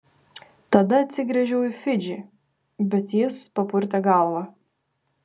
tada atsigręžiau į fidžį bet jis papurtė galvą